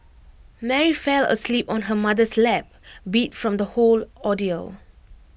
Mary fell asleep on her mother's lap beat from the whole ordeal